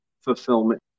fulfillment